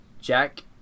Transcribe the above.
Jack